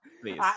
please